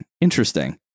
interesting